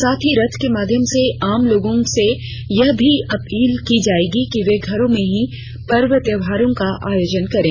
साथ ही रथ के माध्यम से आम लोगों से यह भी अपील की जाएगी कि वे घरों में ही पर्व त्योहारों का आयोजन करें